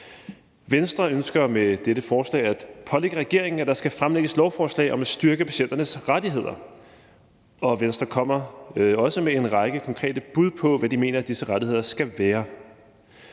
Venstre ønsker med dette forslag at pålægge regeringen, at der skal fremsættes lovforslag om at styrke patienternes rettigheder, og Venstre kommer også med en række konkrete bud på, hvad de mener disse rettigheder skal være.